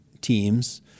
teams